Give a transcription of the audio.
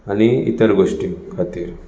आनी इतर गोश्टी खातीर